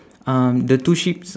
um the two sheeps